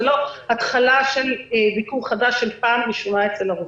זה לא התחלה של ביקור חדש של פעם ראשונה אצל הרופא.